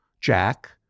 Jack